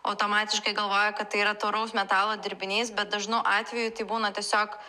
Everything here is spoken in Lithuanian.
automatiškai galvoja kad tai yra tauraus metalo dirbinys bet dažnu atveju tai būna tiesiog